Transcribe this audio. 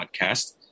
podcast